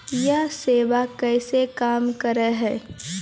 यह सेवा कैसे काम करै है?